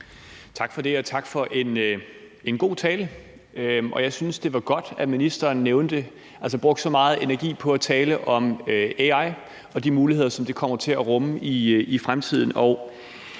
Tak for det, og tak for en god tale. Jeg synes, det var godt, at ministeren brugte så meget energi på at tale om AI og de muligheder, som det kommer til at rumme i fremtiden.